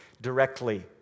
directly